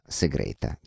segreta